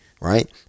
right